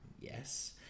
Yes